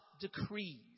decrees